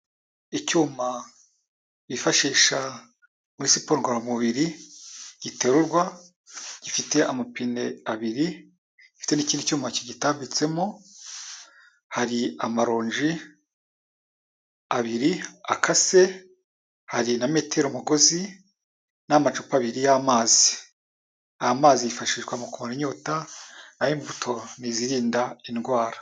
Icyuma bifashisha muri siporomubiroramubiri giterurwa, gifite amapine abiri, gifite n'ikind cyuma kigitambitsemo, hari amaronji abiri akase, hari na metero mugozi n'amacupa abiri y'amazi, aya mazi yifashishwa mu kumara inyota naho imbuto ni izirinda indwara.